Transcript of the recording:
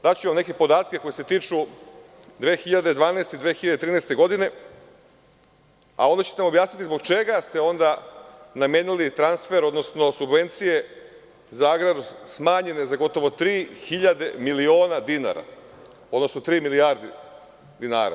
Daću vam neke podatke koji se tiču 2012. i 2013. godine, a onda ćete mi objasniti zbog čega su onda namenjeni transfer, odnosno, subvencije za agrar smanjenje za gotovo tri hiljade miliona dinara, odnosno tri milijarde dinara?